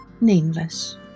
nameless